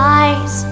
eyes